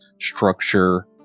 structure